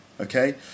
Okay